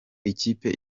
ikipe